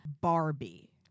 Barbie